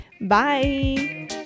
Bye